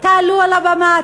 תעלו על הבמה,